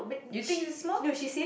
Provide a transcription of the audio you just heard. you think this is small